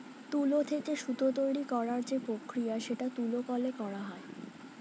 তুলো থেকে সুতো তৈরী করার যে প্রক্রিয়া সেটা তুলো কলে করা হয়